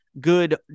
good